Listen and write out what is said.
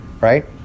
Right